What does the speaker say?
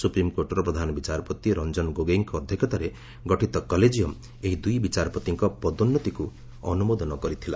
ସୁପ୍ରିମ୍କୋର୍ଟର ପ୍ରଧାନ ବିଚାରପତି ରଞ୍ଜନ ଗୋଗୋଇଙ୍କ ଅଧ୍ୟକ୍ଷତାରେ ଗଠିତ କଲେଜିୟମ୍ ଏହି ଦୁଇ ବିଚାରପତିଙ୍କ ପଦୋନ୍ନତିକୁ ଅନୁମୋଦନ କରିଥିଲା